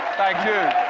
thank you.